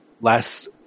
last